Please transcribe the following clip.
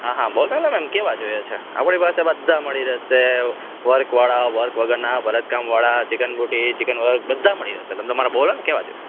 હા હા બોલોને બેન કેવા જોઈએ છે આપડી પાસે બધા જ મળી રેસે વર્ક વાળા વર્ક વગરના ભરત કામ વાળા ચિકન ગોટી ચિકન વર્ક બધા જ મળી રેસે તમ તમારે બોલોને કેવા જોઈએ